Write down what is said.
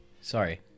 sorry